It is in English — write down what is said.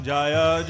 Jaya